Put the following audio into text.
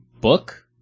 book